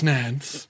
Nance